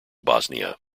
bosnia